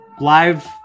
live